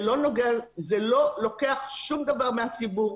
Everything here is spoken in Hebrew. זה לא לוקח שום דבר מהציבור.